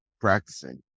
practicing